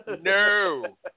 No